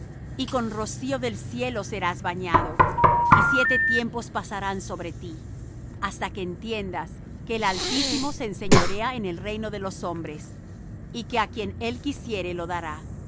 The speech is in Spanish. y con rocío del cielo serás bañado y siete tiempos pasarán sobre ti hasta que entiendas que el altísimo se enseñorea en el reino de los hombres y que á quien él quisiere lo dará